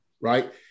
right